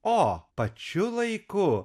o pačiu laiku